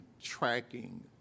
tracking